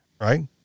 right